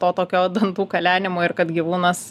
to tokio dantų kalenimo ir kad gyvūnas